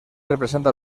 representa